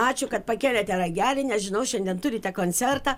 ačiū kad pakėlėte ragelį nes žinau šiandien turite koncertą